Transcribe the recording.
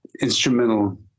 instrumental